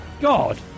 God